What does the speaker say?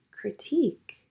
critique